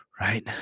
Right